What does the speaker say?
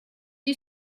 you